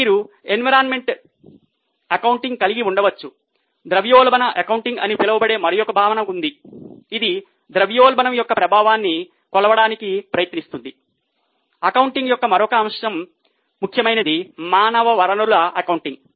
కాబట్టి మీరు environment accounting కలిగి ఉండవచ్చు ద్రవ్యోల్బణ అకౌంటింగ్ అని పిలువబడే మరొక భావన ఉంది ఇది ద్రవ్యోల్బణం యొక్క ప్రభావాన్ని కొలవడానికి ప్రయత్నిస్తుంది అకౌంటింగ్ యొక్క మరొక ముఖ్యమైన అంశం మానవ వనరుల అకౌంటింగ్